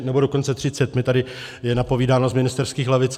Nebo dokonce třicet mně tady je napovídáno z ministerských lavic.